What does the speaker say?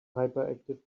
hyperactive